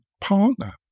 partner